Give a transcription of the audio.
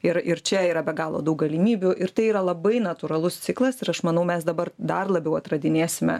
ir ir čia yra be galo daug galimybių ir tai yra labai natūralus ciklas ir aš manau mes dabar dar labiau atradinėsime